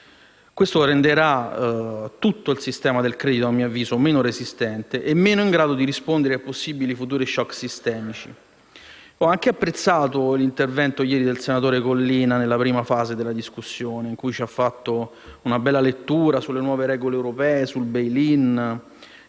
Questo renderà tutto il sistema del credito, a mio avviso, meno resistente e meno in grado di rispondere a possibili futuri *shock* sistemici. Ho anche apprezzato l'intervento di ieri del senatore Collina, nella prima fase della discussione, nel quale il senatore ci ha fatto una bella lettura sulle nuove regole europee e sul *bail in*